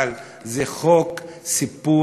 אבל זה חוק סיפוח.